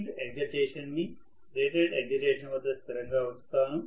field excitation ని rated excitation వద్ద స్థిరంగా ఉంచుతాను